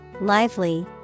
lively